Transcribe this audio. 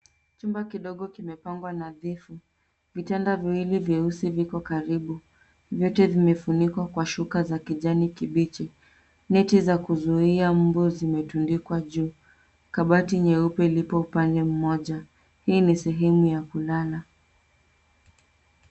Chumba kidogo kimepangwa nadhifu. Vitanda viwili vyeusi viko karibu, vyote vimefunikwa kwa shuka za kijani kibichi. Neti za kuzuia mbu zimetundikwa juu. Kabati nyeupe lipo upande mmoja. Hii ni sehemu ya kulala.